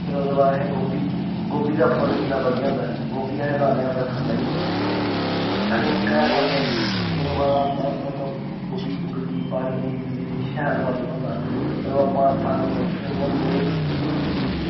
फिर ओह्दे बाद असें गोभी गोभी दा फुल्ल किन्ना बधिया होंदा ऐ गोभी अस लानै आं फसलै च पैह्लें निक्का जेहा लानै आं बीऽ च फ्ही ओह्दे बाद आस्तै आस्तै गोभी उगदी पानी देई देई शैल फुल्ल बनदा ओह्दे बाद पूरी